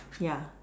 ya